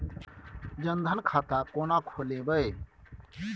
जनधन खाता केना खोलेबे?